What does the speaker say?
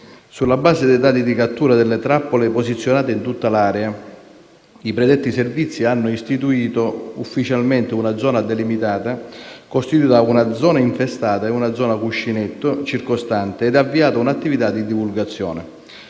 Sulla base dei dati di cattura delle trappole posizionate in tutta l'area, i predetti servizi hanno istituito ufficialmente una zona delimitata, costituita da una zona infestata e una zona cuscinetto circostante, ed avviata un'attività di divulgazione.